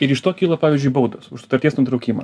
ir iš to kilo pavyzdžiui baudos už sutarties nutraukimą